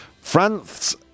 France